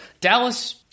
Dallas